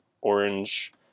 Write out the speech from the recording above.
orange